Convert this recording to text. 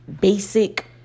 basic